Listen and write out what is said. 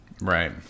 Right